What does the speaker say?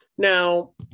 Now